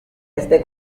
desde